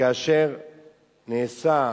וכאשר נעשה,